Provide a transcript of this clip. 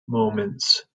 moments